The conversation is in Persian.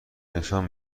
نشان